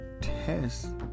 test